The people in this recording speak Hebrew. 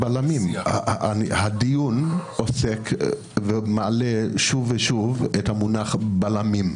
הדיון עוסק ומעלה שוב ושוב את המונח בלמים.